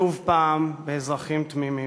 שוב, באזרחים תמימים.